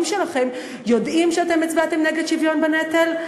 שלכם יודעים שאתם הצבעתם נגד שוויון בנטל?